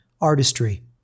artistry